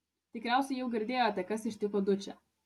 tikriausiai jau girdėjote kas ištiko dučę